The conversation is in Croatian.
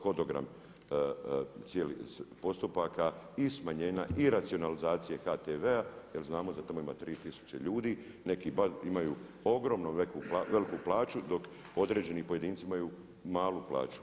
Hodogram cijelih postupaka i smanjenja i racionalizacije HTV-a jer znamo da tamo ima 3 tisuće ljudi, neki bar imaju ogromno veliku plaću dok određeni pojedinci imaju malu plaću.